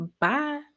Bye